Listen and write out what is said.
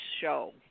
show